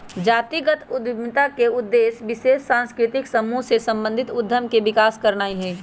जातिगत उद्यमिता का उद्देश्य विशेष सांस्कृतिक समूह से संबंधित उद्यम के विकास करनाई हई